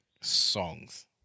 songs